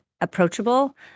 approachable